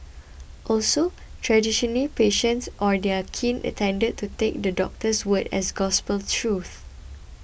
also traditionally patients or their kin attended to take the doctor's word as gospel truth